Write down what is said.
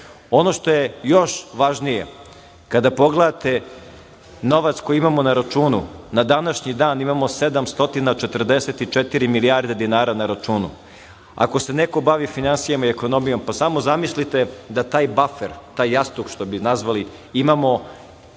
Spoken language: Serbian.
89%.Ono što je još važnije, kada pogledate novac koji imamo na računu, na današnji dan imamo 744 milijarde dinara na računu. Ako se neko bavi finansijama i ekonomijom, pa samo zamislite da taj bafer, taj jastuk što bi nazvali, imamo